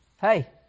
Hey